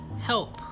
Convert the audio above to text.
help